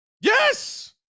Yes